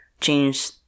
change